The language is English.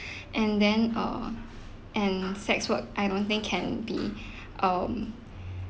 and then uh and sex work I don't think can be um